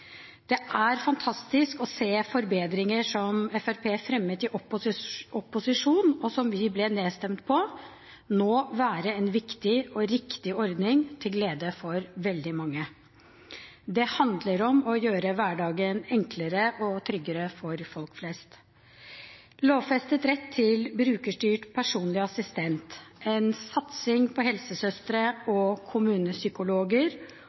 Det er fantastisk å se forbedringer som Fremskrittspartiet fremmet i opposisjon, og som vi ble nedstemt på, nå være en viktig og riktig ordning til glede for veldig mange. Det handler om å gjøre hverdagen enklere og tryggere for folk flest. Lovfestet rett til Brukerstyrt personlig assistanse, en satsing på helsesøstre og kommunepsykologer